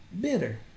bitter